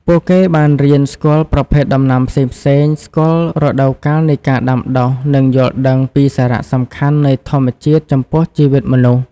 ពួកគេបានរៀនស្គាល់ប្រភេទដំណាំផ្សេងៗ ស្គាល់រដូវកាលនៃការដាំដុះ និងយល់ដឹងពីសារៈសំខាន់នៃធម្មជាតិចំពោះជីវិតមនុស្ស។